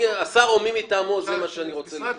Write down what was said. השר או מי מטעמו זה מה שאני רוצה לכתוב.